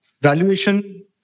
valuation